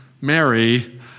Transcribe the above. Mary